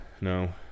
No